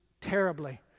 terribly